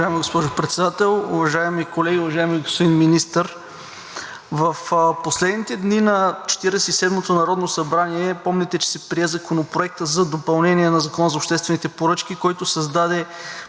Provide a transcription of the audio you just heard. Уважаема госпожо Председател, уважаеми колеги, уважаеми господин Министър! В последните дни на Четиридесет и седмото народно събрание помните, че се прие Законопроектът за допълнение на Закона за обществените поръчки, който създаде